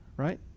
right